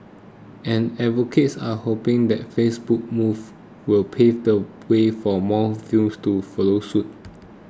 and advocates are hoping that Facebook's move will pave the way for more firms to follow suit